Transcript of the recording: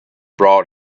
brought